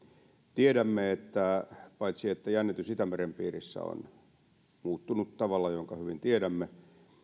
tiedämme että paitsi että jännitys itämeren piirissä on muuttunut tavalla jonka hyvin tiedämme